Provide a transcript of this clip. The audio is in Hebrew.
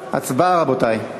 הצבעה, רבותי.